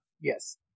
yes